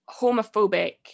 homophobic